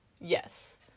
yes